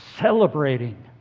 celebrating